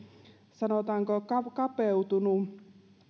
sanotaanko kapeutunut